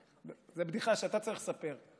זו בדיחה שאתה צריך לספר,